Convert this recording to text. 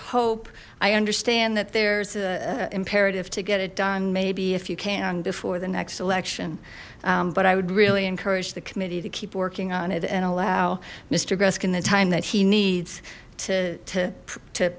hope i understand that there's a imperative to get it done maybe if you can't um before the next election but i would really encourage the committee to keep working on it and allow mister gryska in the time that he needs to